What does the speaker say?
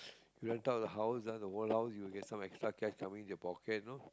you rent out the house down the wall now you'll get some extra cash coming into your pocket no